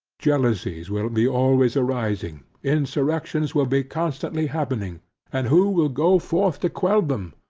jealousies will be always arising insurrections will be constantly happening and who will go forth to quell them?